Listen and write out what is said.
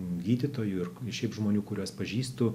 gydytojų ir šiaip žmonių kuriuos pažįstu